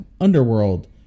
Underworld